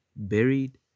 buried